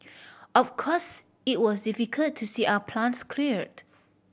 of course it was difficult to see our plants cleared